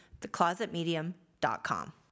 theclosetmedium.com